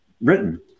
written